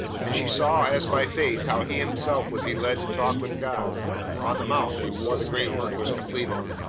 and she saw as by faith how he himself would be led to talk with god on the mount before the great work was completed.